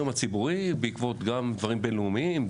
הציבורי בעקבות גם דברים בינלאומיים,